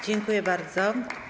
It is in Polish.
Dziękuję bardzo.